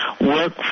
work